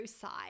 side